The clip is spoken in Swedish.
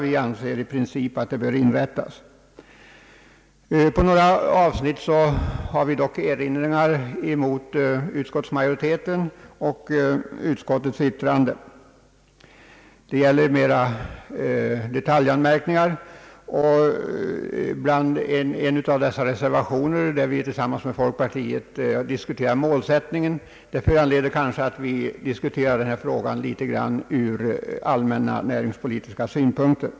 Vi anser i princip att det bör inrättas. På några avsnitt har vi dock erinringar mot utskottsmajoritetens och utskottets yttrande. Det gäller mera detaljanmärkningar. Den reservation i vilken vi tillsammans med folkpartiet diskuterar målsättningen — föranleder kanske en granskning av frågan ur allmänna näringspolitiska synpunkter.